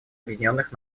объединенных